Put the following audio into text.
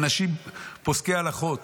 אנשים פוסקי הלכות.